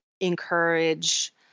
encourage